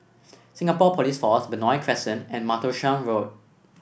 Singapore Police Force Benoi Crescent and Martlesham Road